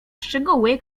szczegóły